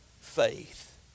faith